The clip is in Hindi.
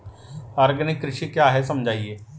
आर्गेनिक कृषि क्या है समझाइए?